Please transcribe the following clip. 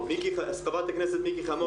חברת הכנסת מיקי חיימוביץ',